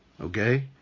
Okay